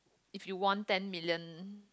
if you won ten million